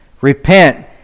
Repent